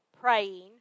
praying